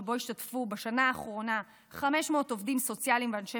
שבו השתתפו בשנה האחרונה 500 עובדים סוציאליים ואנשי